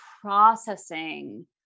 processing